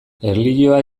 erlijioa